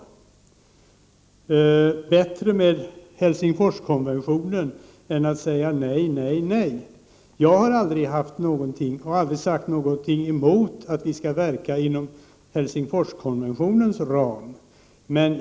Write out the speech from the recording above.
Det är bättre att agera enligt Helsingforskonventionen än att enbart säga nej och åter nej. Jag har aldrig haft något eller sagt något emot att vi skall verka inom Helsingforskonventionens ram.